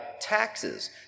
taxes